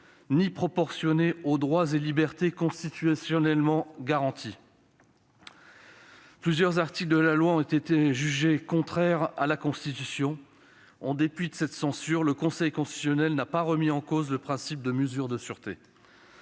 ni proportionnée aux droits et libertés constitutionnellement garantis. Plusieurs articles de la loi ont été jugés contraires à la Constitution. En dépit de cette censure, le Conseil constitutionnel n'a pas remis en cause le principe de la mesure de sûreté.